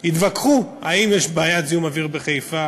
התווכחו אם יש בעיית זיהום אוויר בחיפה